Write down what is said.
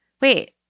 wait